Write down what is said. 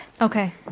Okay